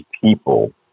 people